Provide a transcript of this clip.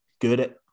good